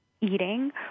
eating